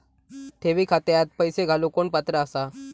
ठेवी खात्यात पैसे घालूक कोण पात्र आसा?